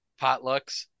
potlucks